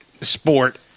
sport